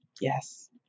yes